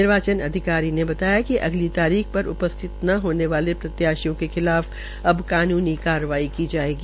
निर्वाचन अधिकारी अधिकारी ने बताया कि अगली तारीख पर उपस्थित न होने वाले प्रत्याशियों के खिलाफ कानुनी कार्रवाई की जायेगी